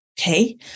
Okay